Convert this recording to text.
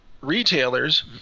retailers